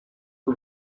que